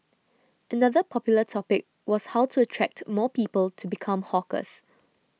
another popular topic was how to attract more people to become hawkers